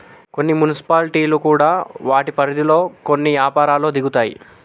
కొన్ని మున్సిపాలిటీలు కూడా వాటి పరిధిలో కొన్ని యపారాల్లో దిగుతాయి